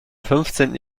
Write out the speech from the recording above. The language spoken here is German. fünfzehnten